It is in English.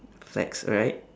flags alright